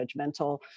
judgmental